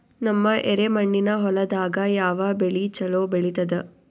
ನಮ್ಮ ಎರೆಮಣ್ಣಿನ ಹೊಲದಾಗ ಯಾವ ಬೆಳಿ ಚಲೋ ಬೆಳಿತದ?